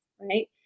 right